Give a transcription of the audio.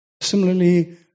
Similarly